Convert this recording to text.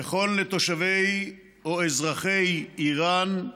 וכן לתושבי או אזרחי איראן,